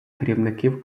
керівників